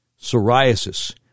psoriasis